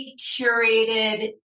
curated